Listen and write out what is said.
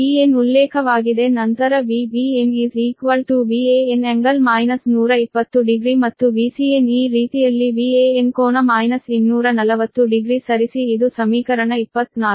Vbn ಉಲ್ಲೇಖವಾಗಿದೆ ನಂತರ Vbn Van∟ 120 degree ಮತ್ತು Vcn ಈ ರೀತಿಯಲ್ಲಿ Van ಕೋನ 240 ಡಿಗ್ರಿ ಸರಿಸಿ ಇದು ಸಮೀಕರಣ 24